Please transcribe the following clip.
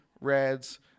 reds